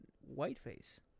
Whiteface